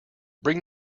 bring